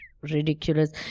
ridiculous